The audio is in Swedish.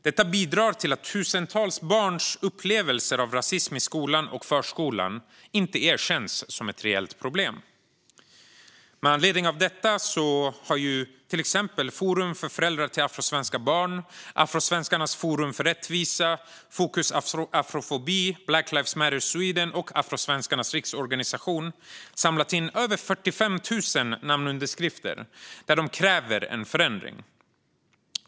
Detta bidrar till att tusentals barns upplevelser av rasism i skolan och förskolan inte erkänns som ett reellt problem. Med anledning av detta har till exempel Forum för föräldrar till afrosvenska barn, Afrosvenskarnas Forum för Rättvisa, Fokus afrofobi, Black Lives Matter Sweden och Afrosvenskarnas Riksorganisation samlat in över 45 000 namnunderskrifter med krav på en förändring.